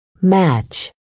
match